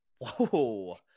Whoa